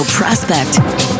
prospect